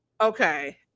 Okay